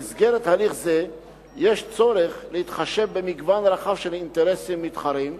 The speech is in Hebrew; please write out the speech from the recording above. במסגרת הליך זה יש צורך להתחשב במגוון רחב של אינטרסים מתחרים,